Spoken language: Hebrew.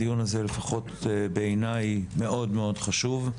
הדיון הזה לפחות בעיניי מאוד מאוד מאוד חשוב.